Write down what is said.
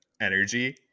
energy